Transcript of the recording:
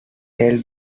held